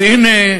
אז הנה,